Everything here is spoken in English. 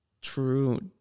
True